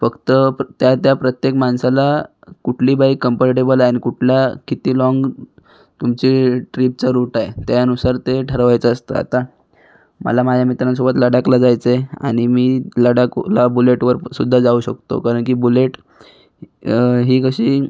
फक्त त्या त्या प्रत्येक माणसाला कुठली बाईक कम्पर्टेबल आहे आणि कुठला किती लाँग तुमचे ट्रीपचा रुट आहे त्यानुसार ते ठरवायचं असतं आता मला माझ्या मित्रांसोबत लडाखला जायचं आहे आणि मी लडाखला बुलेटवरसुद्धा जाऊ शकतो कारण की बुलेट ही कशी